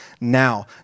now